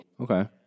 Okay